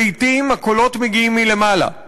לעתים הקולות מגיעים מלמעלה.